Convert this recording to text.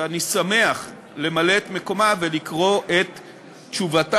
ואני שמח למלא את מקומה ולקרוא את תשובתה.